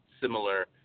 similar